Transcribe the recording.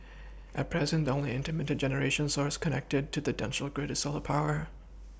at present the only intermittent generation source connected to the national grid is solar power